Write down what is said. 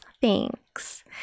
Thanks